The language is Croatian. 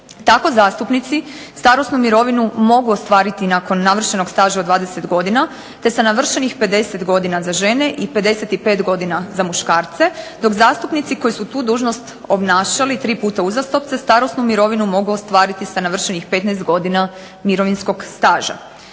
Tako zastupnici starosnu mirovinu mogu ostvariti nakon navršenog staža od 20 godina, te sa navršenih 50 godina za žene i 55 godina za muškarce, dok zastupnici koji su tu dužnost obnašali tri puta uzastopce starosnu mirovinu mogu ostvariti sa navršenih 15 godina mirovinskog staža.